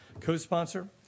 co-sponsor